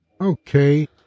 Okay